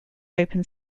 open